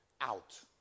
out